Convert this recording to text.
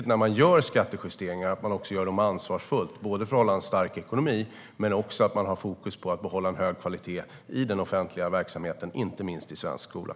När man gör skattejusteringar är det viktigt att man gör dem ansvarsfullt för att behålla en stark ekonomi, men också för att behålla en hög kvalitet i den offentliga verksamheten, inte minst i svensk skola.